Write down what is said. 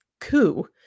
coup